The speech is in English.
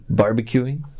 barbecuing